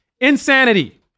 Insanity